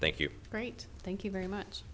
thank you great thank you very much